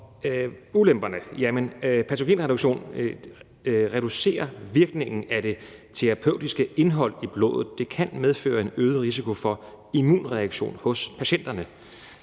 ulemperne er, at patogenreduktion reducerer virkningen af det terapeutiske indhold i blodet, og det kan medføre en øget risiko for en immunreaktion hos patienterne.